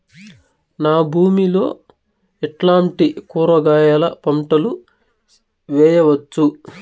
నా భూమి లో ఎట్లాంటి కూరగాయల పంటలు వేయవచ్చు?